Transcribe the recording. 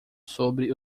sobre